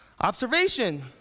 Observation